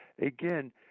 again